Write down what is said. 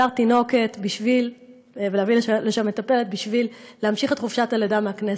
תינוקת ולהביא לשם מטפלת בשביל להמשיך את חופשת הלידה מהכנסת.